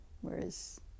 Whereas